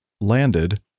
landed